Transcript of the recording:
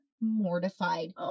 mortified